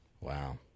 Wow